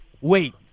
wait